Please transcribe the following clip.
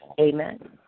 Amen